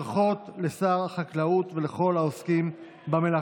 ברכות לשר החקלאות ולכל העוסקים במלאכה.